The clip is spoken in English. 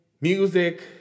music